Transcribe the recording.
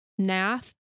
Nath